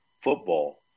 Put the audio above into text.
football